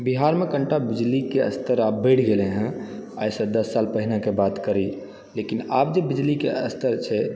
बिहारमे कनिटा बिजलीके स्तर आब बढ़ि गेलै हँ आइसँ दस साल पहिनेके बात करी लेकिन आब जे बिजलीके स्तर छै